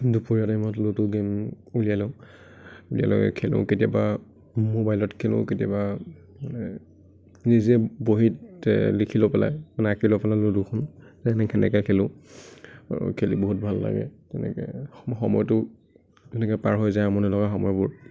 দুপৰীয়া টাইমত ludo game উলিয়াই লওঁ উলিয়াই লৈ খেলোঁ কেতিয়াবা মোবাইলত খেলোঁ কেতিয়াবা মানে নিজে বহীত লিখি লৈ পেলাই মানে আঁকি লৈ পেলাই লুডুখন সেনেকে খেলোঁ আৰু খেলি বহুত ভাল লাগে তেনেকে সময়টো তেনেকে পাৰ হৈ যায় আমনি লগা সময়বোৰ